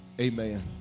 amen